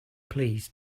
please